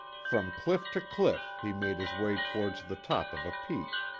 from cliff to cliff, he made his way towards the top of a peak.